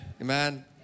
Amen